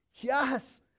Yes